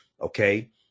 okay